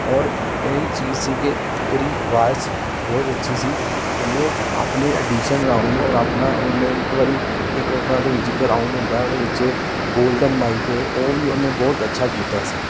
ਔਰ ਇਹ ਹੀ ਚੀਜ਼ ਸੀ ਕਿ ਉਹਦੀ ਆਵਾਜ਼ ਬਹੁਤ ਅੱਛੀ ਸੀ ਉਹਨੇ ਆਪਣੇ ਐਡੀਸ਼ਨ ਰਾਊਂਡ ਔਰ ਆਪਣਾ ਉਹਨੇ ਇੱਕ ਵਾਰੀ ਇੱਕ ਔਤਨਾ ਦੇ ਵਿੱਚ ਇੱਕ ਰਾਊਂਡ ਹੁੰਦਾ ਉਹਦੇ ਵਿੱਚ ਗੋਲਡਨ ਮਾਈਕ ਉਹ ਵੀ ਉਹਨੇ ਬਹੁਤ ਅੱਛਾ ਕੀਤਾ ਸੀ